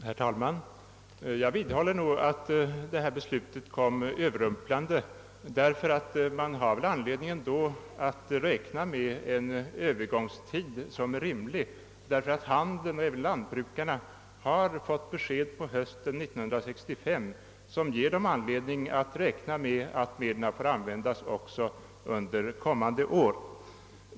Herr talman! Jag vidhåller att beslutet kom överrumplande; man har väl ändå anledning att räkna med en övergångstid. Handeln och även lantbrukarna fick på hösten 1965 besked som gav dem anledning att räkna med att dessa medel skulle få användas också under det kommande året.